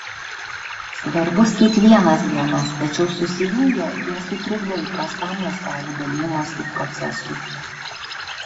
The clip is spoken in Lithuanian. svarbus kiekvienas genas tačiau susijungę jie sutrikdo įprastam ląstelių dalijimosi procesui